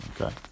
Okay